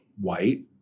white